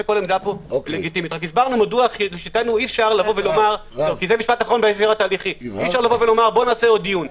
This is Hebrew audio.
הסברנו מדוע לשיטתנו אי-אפשר לומר: בוא נעשה עוד דיון,